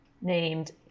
Named